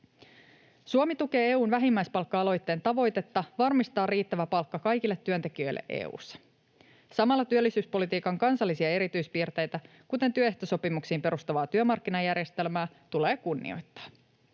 Suomi tukee EU:n vähimmäispalkka-aloitteen tavoitetta varmistaa riittävä palkka kaikille työntekijöille EU:ssa. Samalla työllisyyspolitiikan kansallisia erityispiirteitä, kuten työehtosopimuksiin perustuvaa työmarkkinajärjestelmää, tulee kunnioittaa.